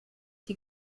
die